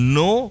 no